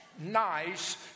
nice